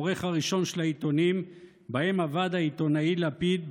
העורך הראשון של העיתונים שבהם עבד העיתונאי לפיד,